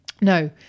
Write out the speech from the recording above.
no